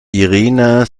irina